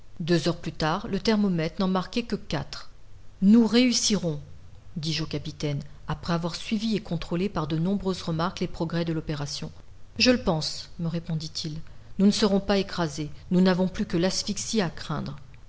deux heures plus tard le thermomètre n'en marquait que quatre nous réussirons dis-je au capitaine après avoir suivi et contrôlé par de nombreuses remarques les progrès de l'opération je le pense me répondit-il nous ne serons pas écrasés nous n'avons plus que l'asphyxie à craindre